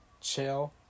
chill